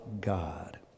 God